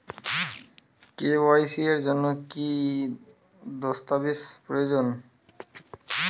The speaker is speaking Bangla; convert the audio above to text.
কে.ওয়াই.সি এর জন্যে কি কি দস্তাবেজ প্রয়োজন?